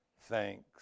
thanks